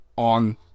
on